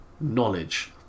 knowledge